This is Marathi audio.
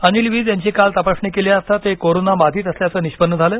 अनिल वीज यांची काल तपासणी केली असता ते कोरोना बाधित असल्याचं निष्पन्न झालं